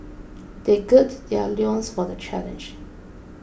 they gird their loins for the challenge